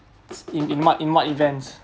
in in what in what events